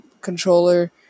controller